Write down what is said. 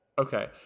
Okay